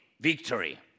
victory